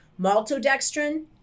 maltodextrin